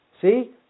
see